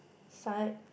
side